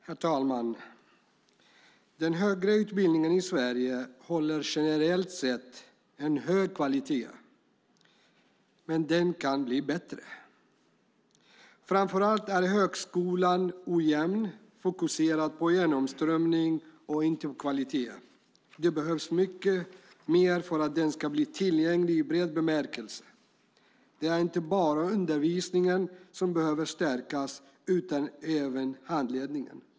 Herr talman! Den högre utbildningen i Sverige håller generellt sett en hög kvalitet, men den kan bli bättre. Framför allt är högskolan ojämn, fokuserad på genomströmning och inte kvalitet. Det behövs mycket mer för att den ska bli tillgänglig i bred bemärkelse. Det är inte bara undervisningen som behöver stärkas utan även handledningen.